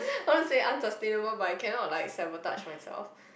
I want to say unsustainable but I cannot like sabotage myself